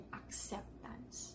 acceptance